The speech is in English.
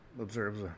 observes